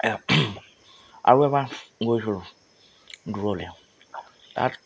আৰু এবাৰ গৈছিলোঁ দূৰলৈ তাত